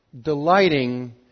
delighting